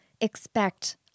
expect